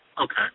Okay